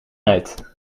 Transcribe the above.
uit